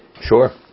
Sure